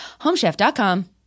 Homechef.com